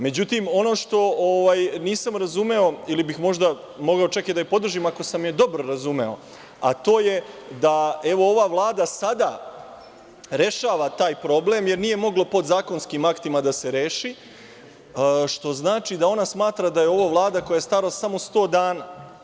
Međutim, ono što nisam razumeo, ili bih čak mogao da je podržim ako sam je dobro razumeo, a to je, da evo, ova Vlada sada rešava taj problem jer nije moglo da se podzakonskim aktima reši, što znači da ona smatra da je ovo Vlada koja je stara samo 100 dana.